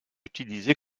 utilisées